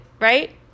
right